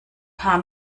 paar